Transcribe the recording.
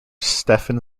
stephen